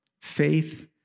faith